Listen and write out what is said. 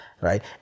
Right